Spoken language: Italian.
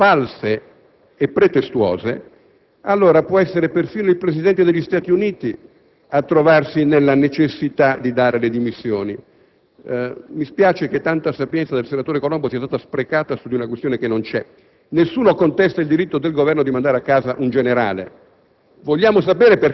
sappiamo però anche qualcosa di più di ciò che ci ha detto: che il Presidente degli Stati Uniti ha il dovere di motivare davanti alla Camera dei rappresentanti le proprie decisioni e, se non lo fa in modo convincente, se è colto nell'atto di fornire motivazioni false